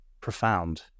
profound